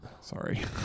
Sorry